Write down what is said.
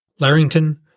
Larrington